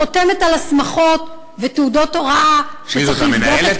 חותמת על הסמכות ותעודות הוראה שצריך לבדוק את כשרותן.